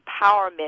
empowerment